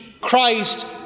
Christ